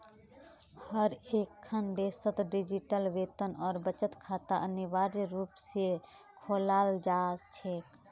हर एकखन देशत डिजिटल वेतन और बचत खाता अनिवार्य रूप से खोलाल जा छेक